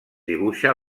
dibuixa